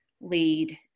lead